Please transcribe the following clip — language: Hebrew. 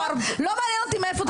לא מעניין אותי מאיפה תביאו.